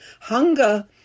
Hunger